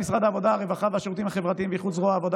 הרווחה והשירותים החברתיים ואיחוד זרוע העבודה